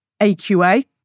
AQA